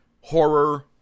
horror